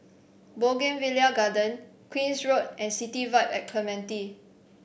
Bougainvillea Garden Queen's Road and City Vibe at Clementi